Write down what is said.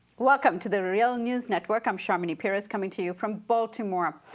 welcome to the real news network. i'm sharmini peries coming to you from baltimore.